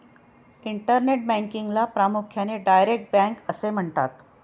internet बँकिंगला प्रामुख्याने direct bank असे म्हणतात